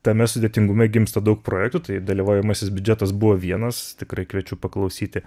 tame sudėtingume gimsta daug projektų tai dalyvaujamasis biudžetas buvo vienas tikrai kviečiu paklausyti